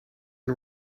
and